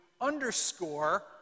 underscore